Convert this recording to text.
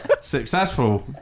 successful